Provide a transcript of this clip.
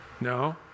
No